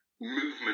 movement